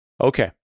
Okay